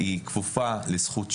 דחופה לזכות שימוע.